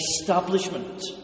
establishment